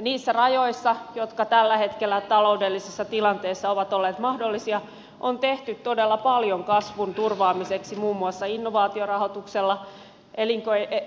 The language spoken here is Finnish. niissä rajoissa jotka tällä hetkellä taloudellisessa tilanteessa ovat olleet mahdollisia on tehty todella paljon kasvun turvaamiseksi muun muassa innovaatiorahoituksella